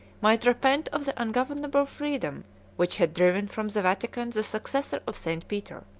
might repent of the ungovernable freedom which had driven from the vatican the successor of st. peter.